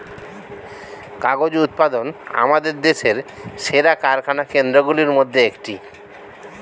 কাগজ উৎপাদন আমাদের দেশের সেরা কারখানা কেন্দ্রগুলির মধ্যে একটি